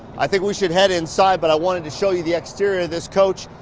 i think we should head inside, but i wanted to show you the exterior of this coach.